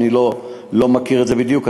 אני לא מכיר את זה בדיוק.